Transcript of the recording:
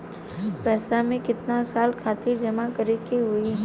पैसा के कितना साल खातिर जमा करे के होइ?